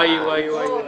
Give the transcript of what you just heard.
וואי, וואי, וואי.